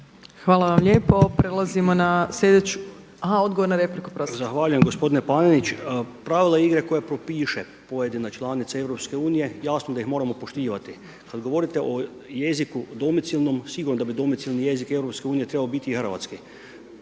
Hvala vam lijepo. Odgovor na repliku. **Križanić, Josip (HDZ)** Zahvaljujem gospodine Panenić. Pravila igre koja propiše pojedina članica EU, jasno da ih moramo poštivati. Kada govorite o jeziku domicilnom sigurno da bi domicilni jezik EU trebao biti hrvatski,